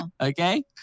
Okay